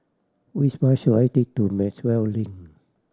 which bus should I take to Maxwell Link